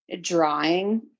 drawing